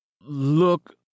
look